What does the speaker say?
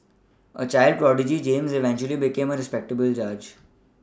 a child prodigy James eventually became a respectable judge